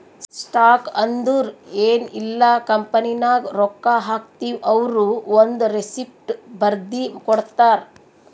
stock ಅಂದುರ್ ಎನ್ ಇಲ್ಲ ಕಂಪನಿನಾಗ್ ರೊಕ್ಕಾ ಹಾಕ್ತಿವ್ ಅವ್ರು ಒಂದ್ ರೆಸಿಪ್ಟ್ ಬರ್ದಿ ಕೊಡ್ತಾರ್